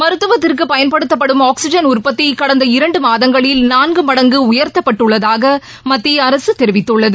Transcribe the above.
மருத்துவத்திற்கு பயன்படுத்தப்படும் ஆக்ஸிஜன் உற்பத்தி கடந்த இரன்டு மாதங்களில் நான்கு மடங்கு உயர்த்தப்பட்டுள்ளதாக மத்திய அரசு தெரிவித்துள்ளது